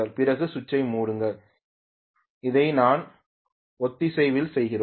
பிறகு சுவிட்சை மூடுங்கள் அதை தான் நாம் ஒத்திசைவில் செய்கிறோம்